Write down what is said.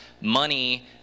money